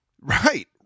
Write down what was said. Right